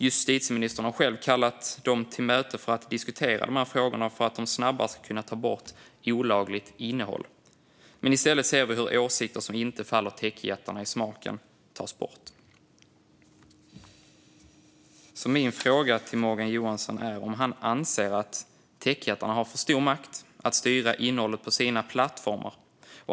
Justitieministern har själv kallat dem till möte för att diskutera frågorna så att de snabbare ska kunna ta bort "olagligt" innehåll. I stället ser vi hur åsikter som inte faller techjättarna i smaken tas bort. Anser Morgan Johansson att techjättarna har för stor makt att styra innehållet på sina plattformar?